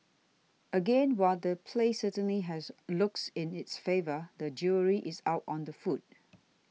again while the place certainly has looks in its favour the jury is out on the food